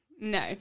no